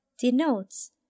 denotes